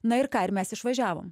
na ir ką ir mes išvažiavom